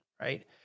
right